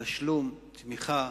תשלום, תמיכה,